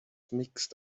mixed